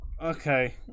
okay